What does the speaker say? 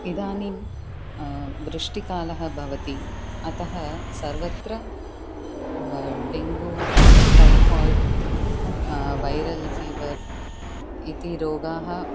इदानीं वृष्टिकालः भवति अतः सर्वत्र डेन्गू टैफ़ैड् वैरल् फ़िवर् इति रोगाः